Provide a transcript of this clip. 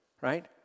right